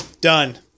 Done